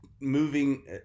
moving